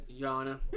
Yana